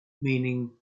meaning